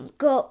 go